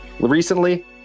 Recently